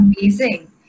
amazing